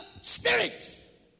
Spirit